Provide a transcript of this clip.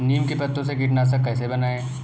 नीम के पत्तों से कीटनाशक कैसे बनाएँ?